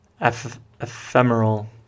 ephemeral